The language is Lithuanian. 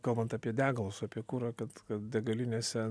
kalbant apie degalus apie kurą kad kad degalinėse